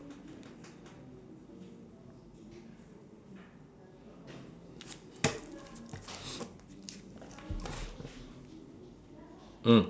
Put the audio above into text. mm